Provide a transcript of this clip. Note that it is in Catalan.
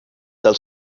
del